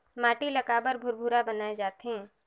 माटी ला काबर भुरभुरा बनाय जाथे?